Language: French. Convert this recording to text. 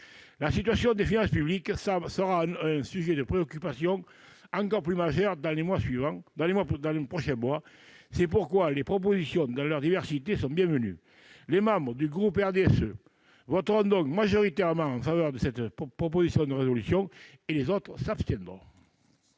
La situation des finances publiques sera un sujet de préoccupation encore plus majeur dans les prochains mois. C'est pourquoi les propositions dans leur diversité sont bienvenues. Les membres du groupe du RDSE, dans leur majorité, voteront donc en faveur de cette proposition de résolution ; les autres s'abstiendront.